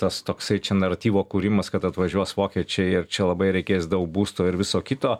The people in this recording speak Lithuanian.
tas toksai čia naratyvo kūrimas kad atvažiuos vokiečiai ir čia labai reikės daug būsto ir viso kito